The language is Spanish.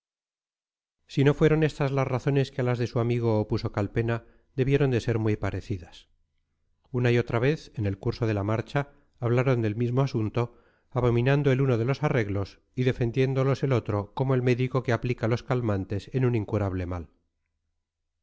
si no fueron estas las razones que a las de su amigo opuso calpena debieron de ser muy parecidas una y otra vez en el curso de la marcha hablaron del mismo asunto abominando el uno de los arreglos y defendiéndolos el otro como el médico que aplica los calmantes en un incurable mal